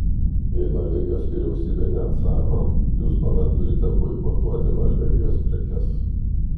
jei norvegijos vyriausybė neatsako jūs tuomet turite boikotuoti norvegijos prekes